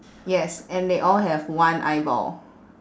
yes and they all have one eyeball